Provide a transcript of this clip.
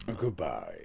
Goodbye